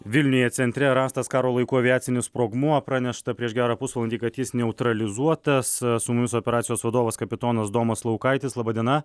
vilniuje centre rastas karo laikų aviacinis sprogmuo pranešta prieš gerą pusvalandį kad jis neutralizuotas su mumis operacijos vadovas kapitonas domas laukaitis laba diena